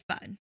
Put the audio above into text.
fun